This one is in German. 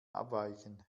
abweichen